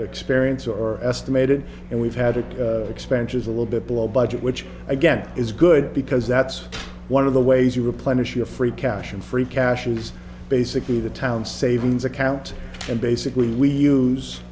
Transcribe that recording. experience or estimated and we've had a expenses a little bit below budget which again is good because that's one of the ways you replenish your free cash and free cash is basically the town savings account and basically we use